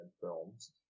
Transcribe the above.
films